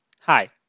Hi